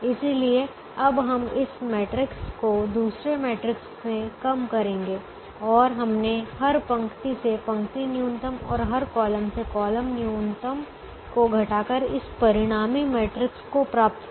इसलिए अब हम इस मैट्रिक्स को दूसरे मैट्रिक्स में कम करेंगे और हमने हर पंक्ति से पंक्ति न्यूनतम और हर कॉलम से कॉलम न्यूनतम को घटाकर इस परिणामी मैट्रिक्स को प्राप्त किया